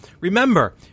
remember